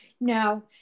no